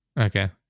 Okay